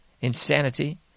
insanity